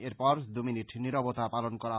এরপর দু মিনিট নিরবতা পালন করা হয়